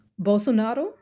Bolsonaro